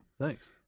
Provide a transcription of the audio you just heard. Thanks